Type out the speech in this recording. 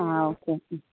ആ ഓക്കേ കി